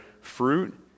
fruit